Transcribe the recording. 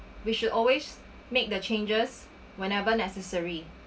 we should always make the changes whenever necessary